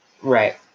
Right